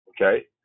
Okay